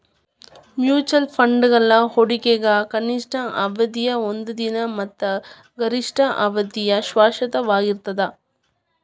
mutual ಫಂಡ್ಗಳ ಹೂಡಿಕೆಗ ಕನಿಷ್ಠ ಅವಧಿಯ ಒಂದ ದಿನ ಮತ್ತ ಗರಿಷ್ಠ ಅವಧಿಯ ಶಾಶ್ವತವಾಗಿರ್ತದ